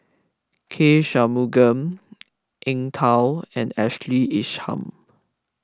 K Shanmugam Eng Tow and Ashkley Isham